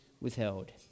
withheld